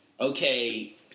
okay